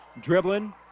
dribbling